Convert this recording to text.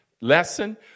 lesson